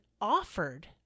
offered